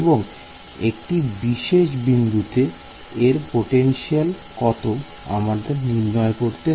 এবং একটি বিশেষ বিন্দুতে এর পোটেনশিয়াল কত আমরা নির্ণয় করব